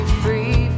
free